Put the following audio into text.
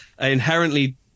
inherently